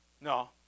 no